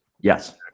Yes